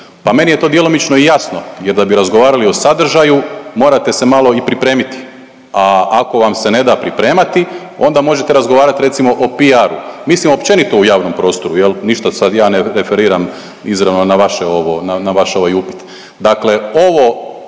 Pa meni je to djelomično i jasno jer da bi razgovarali o sadržaju morate se malo i pripremiti, a ako vam se ne da pripremati onda možete razgovarat recimo o PR-u mislim općenito u javnom prostoru jel ništa ja sad ne referiram izravno na vaš ovaj upit. Dakle, ovo